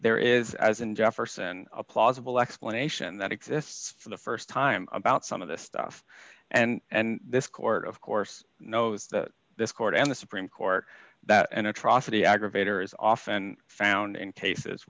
there is as in jefferson a plausible explanation that exists for the st time about some of the stuff and this court of course knows that this court and the supreme court that an atrocity aggravator is often found in cases